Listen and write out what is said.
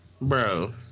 Bro